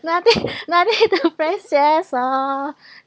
and I think I think the press says so